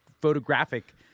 photographic